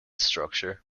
structure